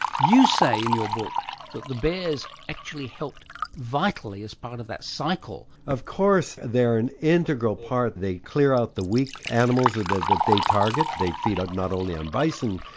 you say in your book that the bears actually helped vitally as part of that cycle. of course they're an integral part. they clear out the weak animals that that they target. they feed not only on bison,